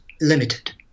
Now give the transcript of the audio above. limited